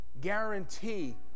guarantee